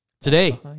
Today